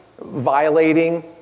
violating